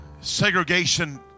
segregation